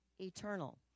eternal